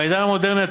בעידן המודרני,